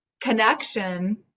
connection